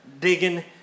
Digging